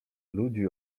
ludzi